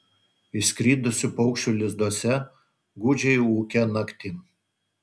išskridusių paukščių lizduose gūdžiai ūkia naktim